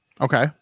Okay